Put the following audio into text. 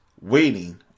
waiting